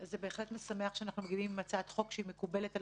זה בהחלט משמח שאנחנו מביאים הצעת חוק שמקובלת על